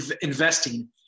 investing